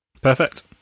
Perfect